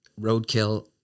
roadkill